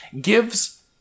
Gives